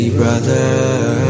brother